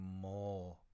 more